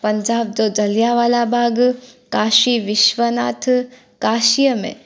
पंजाब जो जालियाँवाला बाग काशी विश्वनाथ काशीअ में